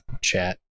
chat